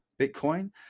Bitcoin